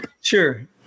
Sure